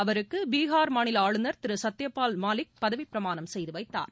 அவருக்கு பீகார் மாநில ஆளுநர் திரு சத்தியபால் மாலிக் பதவிப் பிரமாணம் செய்துவைத்தார்